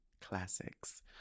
Classics